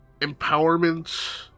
empowerment